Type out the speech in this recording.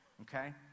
Okay